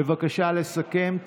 בבקשה לסכם.